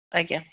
ଆଜ୍ଞା